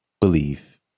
believe